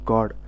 God